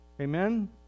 Amen